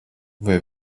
vai